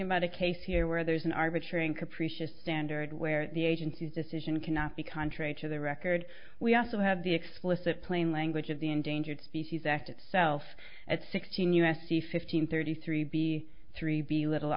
about a case here where there's an arbitrary and capricious standard where the agency's decision cannot be contrary to the record we also have the explicit plain language of the endangered species act itself at sixteen u s c fifteen thirty three b three b little